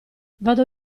vado